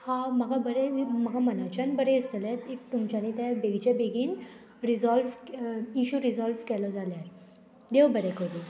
हां म्हाका बरें म्हाका मनाच्यान बरें दिसतलें इफ तुमच्यांनी ते बेगीच्या बेगीन रिजॉल्व इशू रिजॉल्व केलो जाल्यार देव बरें करूं